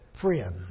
Friend